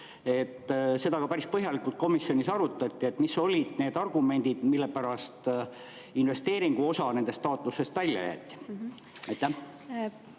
Seda päris põhjalikult komisjonis arutati. Mis olid need argumendid, mille pärast investeeringuosa nendest taotlustest välja jäeti? Tänan,